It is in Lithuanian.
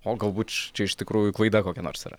o galbūt čia iš tikrųjų klaida kokia nors yra